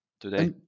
today